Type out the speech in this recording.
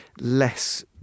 less